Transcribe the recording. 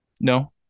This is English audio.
No